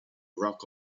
rock